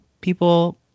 people